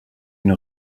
une